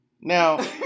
Now